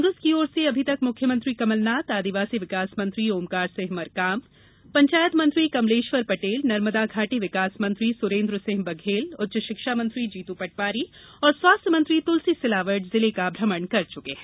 कांग्रेस की ओर से अभी तक मुख्यमंत्री कमलनाथ आदिवासी विकास मंत्री ओंकार सिंह मरकाम पंचायत मंत्री कमलेश्वर पटेल नर्मदा घाटी विकास मंत्री सुरेन्द्र सिंह बघेल उच्च शिक्षा मंत्री जीतू पटवारी और स्वास्थ्य मंत्री तुलसी सिलावट जिले का भ्रमण कर चुके है